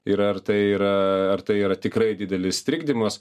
ir ar tai yra ar tai yra tikrai didelis trikdymas